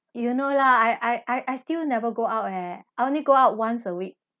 you know lah I I I still never go out eh I only go out once a week